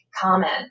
comment